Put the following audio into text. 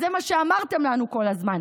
זה מה שאמרתם לנו כל הזמן.